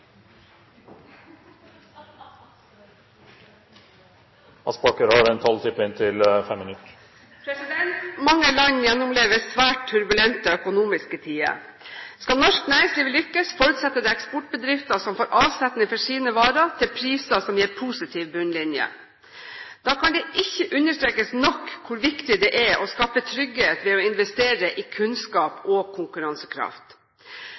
Mange land gjennomlever svært turbulente økonomiske tider. Skal norsk næringsliv lykkes, forutsetter det eksportbedrifter som får avsetning for sine varer til priser som gir positiv bunnlinje. Da kan det ikke understrekes nok hvor viktig det er å skape trygghet ved å investere i kunnskap